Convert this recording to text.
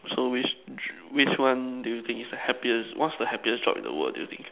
so which dream which one do you think it's the happiest what's the happiest job in the world that you think